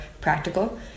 practical